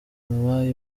mubayo